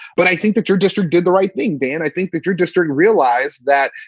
but i think that your district did the right thing. dan, i think that your district realized that,